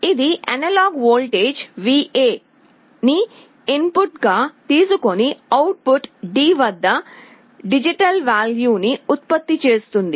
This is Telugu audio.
ఇది అనలాగ్ వోల్టేజ్ VA ని ఇన్ ఫుట్ గా తీసుకొని అవుట్ ఫుట్ D వద్ద డిజిటల్ వేల్యూ ని ఉత్పత్తి చేస్తుంది